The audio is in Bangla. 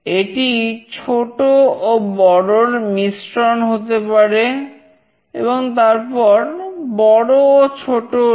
এটি ছোট ও বড় র মিশ্রন হতে পারে এবং তারপর বড় ও ছোট র